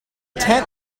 tent